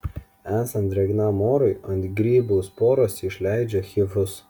esant drėgnam orui ant grybų sporos išleidžia hifus